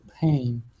pain